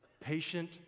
patient